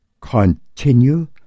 continue